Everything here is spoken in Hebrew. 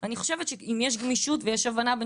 אני פותחת את ישיבת ועדת העבודה והרווחה.